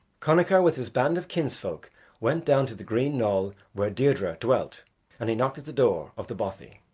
connachar with his band of kinsfolk went down to the green knoll where deirdre dwelt and he knocked at the door of the bothy.